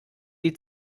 die